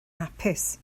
hapus